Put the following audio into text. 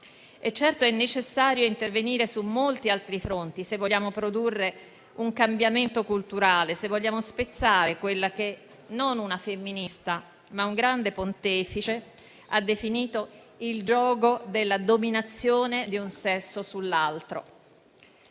Certo, è necessario intervenire su molti altri fronti. Vogliamo produrre un cambiamento culturale, se vogliamo spezzare quella che, non una femminista, ma un grande Pontefice ha definito il giogo della dominazione di un sesso sull'altro.